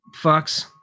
fucks